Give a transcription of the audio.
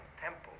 temple